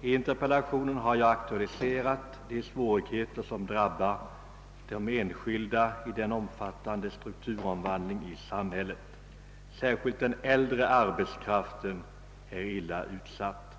I interpellationen har jag aktualiserat de svårigheter som drabbar de enskilda vid en omfattande strukturomvandling i samhället. Särskilt den äldre arbetskraften är illa utsatt.